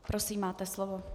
Prosím, máte slovo.